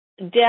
death